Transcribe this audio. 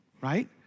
right